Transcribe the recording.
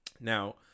Now